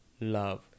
love